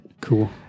Cool